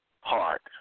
heart